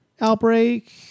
outbreak